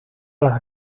las